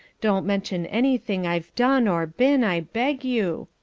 don't mention anything i've done or been, i beg you,